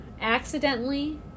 accidentally